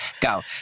go